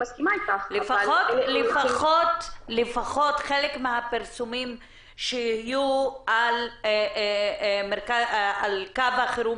לפחות שחלק מהפרסומים יהיו על קו החירום